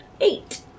eight